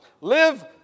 live